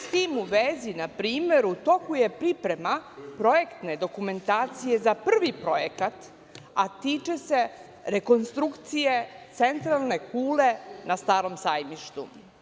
S tim u vezi, na primer, u toku je priprema projektne dokumentacije za prvi projekat, a tiče se rekonstrukcije centralne kule na Starom sajmištu.